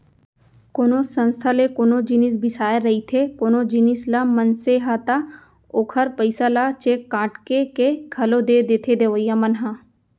कोनो संस्था ले कोनो जिनिस बिसाए रहिथे कोनो जिनिस ल मनसे ह ता ओखर पइसा ल चेक काटके के घलौ दे देथे देवइया मन ह